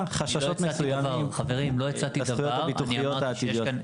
חששות מסוימים לזכויות הביטוחיות העתידיות.